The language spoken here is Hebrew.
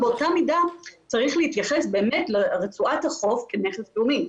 באותה מידה צריך להתייחס לרצועת החוף כנכס לאומי.